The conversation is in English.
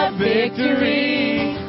victory